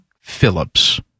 Phillips